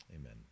Amen